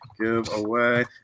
giveaway